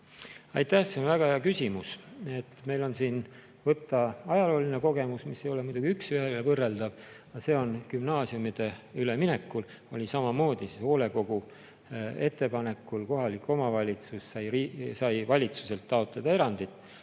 Aitäh! See on väga hea küsimus. Meil on siin võtta ajalooline kogemus, mis ei ole muidugi üks ühele võrreldav, aga see oli gümnaasiumide üleminekul, kui oli samamoodi, et hoolekogu ettepanekul kohalik omavalitsus sai valitsuselt taotleda erandit.